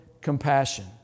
compassion